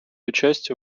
участие